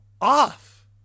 off